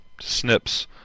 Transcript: snips